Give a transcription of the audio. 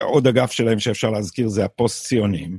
עוד אגף שלהם שאפשר להזכיר זה הפוסט-ציונים.